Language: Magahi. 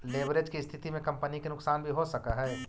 लेवरेज के स्थिति में कंपनी के नुकसान भी हो सकऽ हई